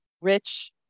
rich